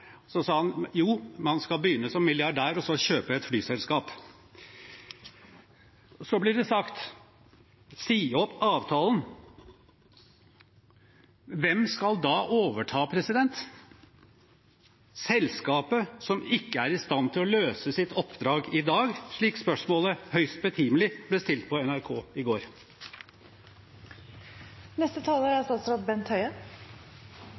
så kjøpe et flyselskap. Så blir det sagt: Si opp avtalen. Hvem skal da overta – selskapet som ikke er i stand til å løse sitt oppdrag i dag, slik spørsmålet høyst betimelig ble stilt på NRK i går? Flere av talerne har etterspurt handling. I min redegjørelse gikk jeg nettopp gjennom hvilke tiltak som er